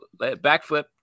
Backflip